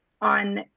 on